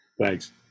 Thanks